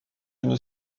une